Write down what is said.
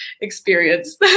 experience